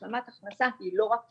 השלמת ההכנסה היא לא רק כסף,